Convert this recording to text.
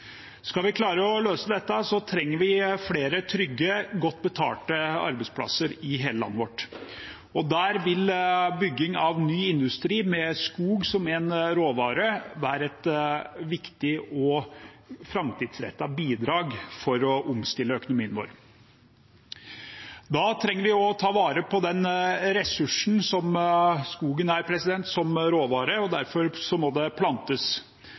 Skal vi klare å løse dette, trenger vi flere trygge, godt betalte arbeidsplasser i hele landet vårt, og der vil bygging av ny industri med skog som en råvare være et viktig og framtidsrettet bidrag for å omstille økonomien vår. Da trenger vi å ta vare på den ressursen som skogen er som råvare, og derfor må det plantes.